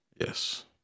Yes